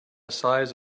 size